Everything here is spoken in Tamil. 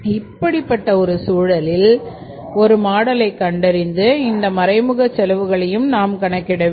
இப்படிப்பட்ட சூழ்நிலையில் ஒரு மாடலை கண்டறிந்து இந்த மறைமுக செலவுகளையும் நாம் கணக்கிட வேண்டும்